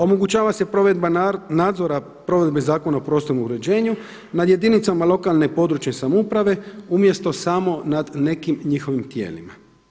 Omogućava se provedba nadzora provedbe Zakona o prostornom uređenju nad jedinicama lokalne, područne samouprave umjesto samo nad nekim njihovim tijelima.